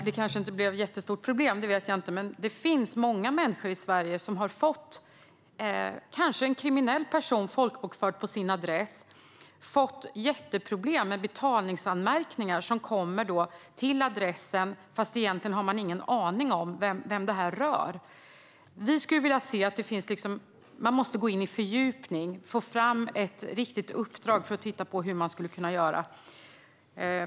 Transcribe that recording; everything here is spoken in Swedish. Det kanske inte blev ett jättestort problem - det vet jag inte - men det finns många människor i Sverige som har fått kanske en kriminell person folkbokförd på sin adress och sedan fått jätteproblem med betalningsanmärkningar som kommer till adressen utan att de egentligen har en aning om vem detta rör. Vi skulle vilja att man gick in i en fördjupning. Man måste få fram ett riktigt uppdrag för att titta på hur man skulle kunna göra.